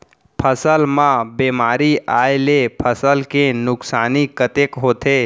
फसल म बेमारी आए ले फसल के नुकसानी कतेक होथे?